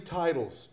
titles